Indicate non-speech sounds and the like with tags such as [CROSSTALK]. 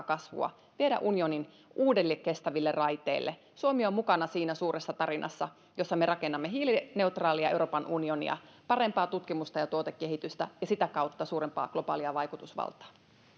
[UNINTELLIGIBLE] kasvua viedä unionin uusille kestäville raiteille suomi on mukana siinä suuressa tarinassa jossa me rakennamme hiilineutraalia euroopan unionia parempaa tutkimusta ja tuotekehitystä ja sitä kautta suurempaa globaalia vaikutusvaltaa